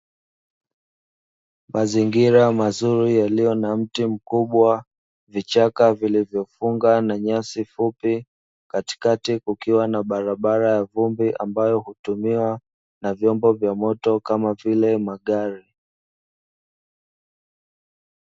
Mazingira mazuri yaliyo na mti mkubwa, vichaka vilivyofunga na nyasi fupi, katikati kukiwa na barabara ya vumbi ambayo hutumiwa na vyombo vya moto, kama vile magari.